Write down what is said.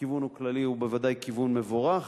הכיוון הוא כללי, הוא בוודאי כיוון מבורך,